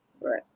Right